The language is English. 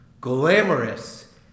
glamorous